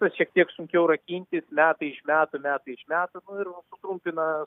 tas šiek tiek sunkiau rakintis metai iš metų metai iš metų nu ir va sutrumpina